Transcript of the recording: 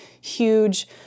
huge